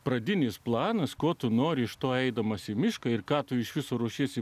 pradinis planas ko tu nori iš to eidamas į mišką ir ką tu išvis rūšis